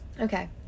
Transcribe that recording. okay